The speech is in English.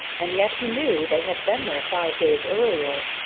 and yet he knew they had been there five days earlier.